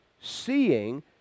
seeing